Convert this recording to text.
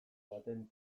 baten